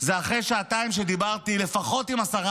אחרי שעתיים שבהן דיברתי לפחות עם עשרה